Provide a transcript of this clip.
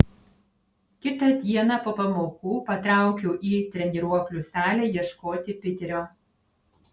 kitą dieną po pamokų patraukiau į treniruoklių salę ieškoti piterio